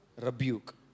rebuke